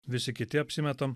visi kiti apsimetam